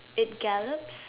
it gallops